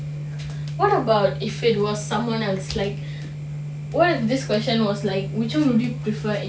what about if it was someone else like what if this question was like which one would you prefer